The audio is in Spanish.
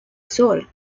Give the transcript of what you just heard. sol